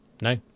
No